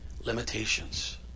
limitations